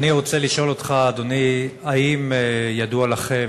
אני רוצה לשאול אותך, אדוני, האם ידוע לכם,